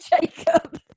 Jacob